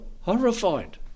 horrified